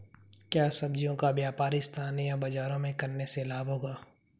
क्या सब्ज़ियों का व्यापार स्थानीय बाज़ारों में करने से लाभ होगा?